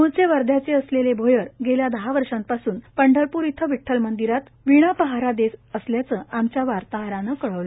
मूळचे वर्ध्याचे असलेले भोयर गेल्या दहा वर्षांपासून पंढरपूर इथं विठ्ठल मंदिरात वीणा पहारा देत असल्याचं आमच्या वार्ताहरानं कळवलं